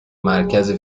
مرکز